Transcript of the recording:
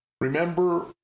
Remember